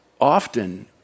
often